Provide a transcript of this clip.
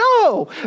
No